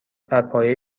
برپایه